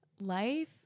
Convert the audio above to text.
life